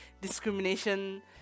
discrimination